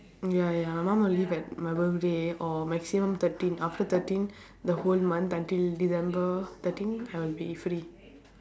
ya ya my mum will leave at my birthday or maximum thirteen after thirteen the whole month until december thirteen I will be free